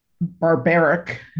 barbaric